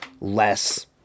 less